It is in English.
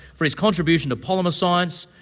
for his contribution to polymer science,